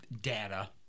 data